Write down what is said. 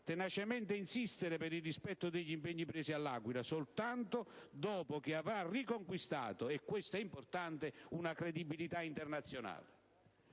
tenacemente insistere per il rispetto degli impegni presi all'Aquila soltanto dopo che avrà riconquistato - e questo è importante - una credibilità internazionale.